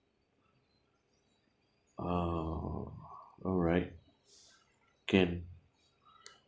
ah alright can